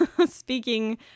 speaking